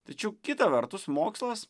tačiau kita vertus mokslas